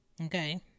Okay